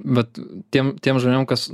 bet tiem tiem žmonėm kas